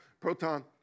proton